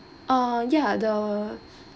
uh ya the